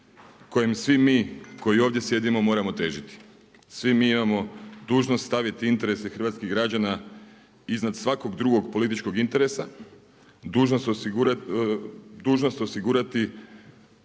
kojem svi mi koji ovdje sjedimo moramo težiti. Svi mi imamo dužnost staviti interese hrvatskih građana iznad svakog drugog političkog interesa, dužnost osigurati